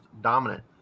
dominant